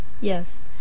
Yes